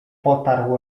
potarł